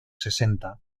sesenta